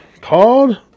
called